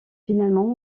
finalement